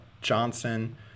johnson